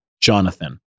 Jonathan